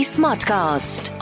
Smartcast